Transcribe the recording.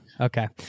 okay